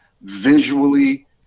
visually